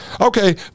Okay